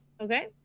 okay